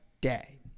day